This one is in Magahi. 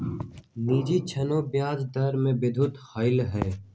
निजी ऋण के ब्याज दर में वृद्धि होलय है